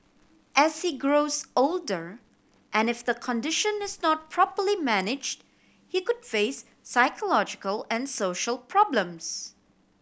as he grows older and if the condition is not properly managed he could face psychological and social problems